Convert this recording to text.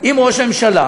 עם ראש הממשלה,